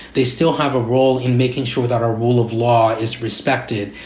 they still have a role in making sure that our rule of law is respected.